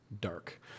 dark